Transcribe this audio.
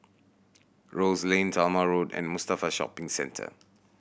Rose Lane Talma Road and Mustafa Shopping Centre